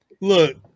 Look